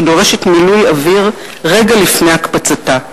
שדורשת מילוי אוויר רגע לפני הקפצתה.